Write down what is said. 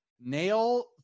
nail